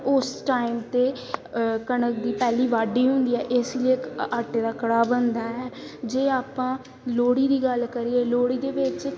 ਉਸ ਟਾਈਮ 'ਤੇ ਕਣਕ ਦੀ ਪਹਿਲੀ ਵਾਢੀ ਹੁੰਦੀ ਹੈ ਇਸ ਲਈ ਆਟੇ ਦਾ ਕੜਾਹ ਬਣਦਾ ਹੈ ਜੇ ਆਪਾਂ ਲੋਹੜੀ ਦੀ ਗੱਲ ਕਰੀਏ ਲੋਹੜੀ ਦੇ ਵਿੱਚ